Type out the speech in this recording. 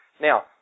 Now